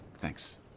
Thanks